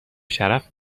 شرف